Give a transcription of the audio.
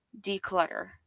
declutter